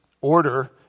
order